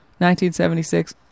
1976